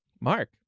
mark